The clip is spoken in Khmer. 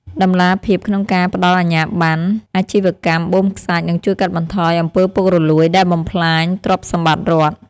តម្លាភាពក្នុងការផ្តល់អាជ្ញាបណ្ណអាជីវកម្មបូមខ្សាច់នឹងជួយកាត់បន្ថយអំពើពុករលួយដែលបំផ្លាញទ្រព្យសម្បត្តិរដ្ឋ។